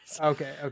okay